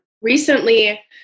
Recently